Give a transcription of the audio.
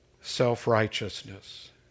self-righteousness